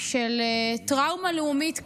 של טראומה לאומית קשה,